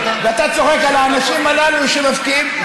ואתה צוחק על האנשים הללו כשמפקיעים,